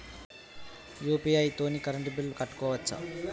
UPI తోని current bill కట్టుకోవచ్ఛా?